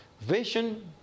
Vision